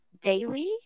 daily